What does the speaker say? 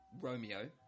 Romeo